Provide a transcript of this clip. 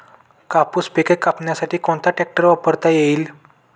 कापूस पिके कापण्यासाठी कोणता ट्रॅक्टर वापरता येईल?